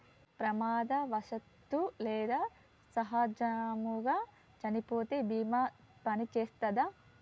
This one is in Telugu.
ప్రమాదవశాత్తు లేదా సహజముగా చనిపోతే బీమా పనిచేత్తదా?